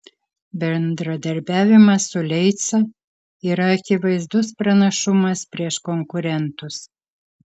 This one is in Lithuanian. bendradarbiavimas su leica yra akivaizdus pranašumas prieš konkurentus